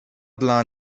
dla